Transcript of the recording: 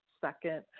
second